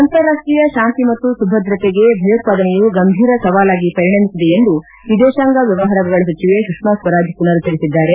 ಅಂತಾರಾಷ್ಷೀಯ ಶಾಂತಿ ಮತ್ತು ಭದ್ರತೆಗೆ ಭಯೋತ್ವಾದನೆಯು ಗಂಭೀರ ಸವಾಲಾಗಿ ಪರಿಣಮಿಸಿದೆ ಎಂದು ವಿದೇತಾಂಗ ಮ್ಯವಹಾರಗಳ ಸಚಿವೆ ಸುಷ್ನಾ ಸ್ವರಾಜ್ ಪುನರುಚ್ಚರಿಸಿದ್ದಾರೆ